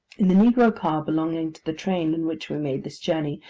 in the negro car belonging to the train in which we made this journey,